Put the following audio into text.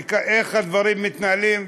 איך הדברים מתנהלים,